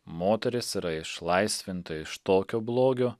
moteris yra išlaisvinta iš tokio blogio